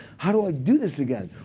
how do i do this again?